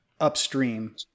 upstream